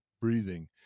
breathing